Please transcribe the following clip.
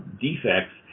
defects